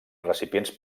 recipients